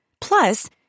Plus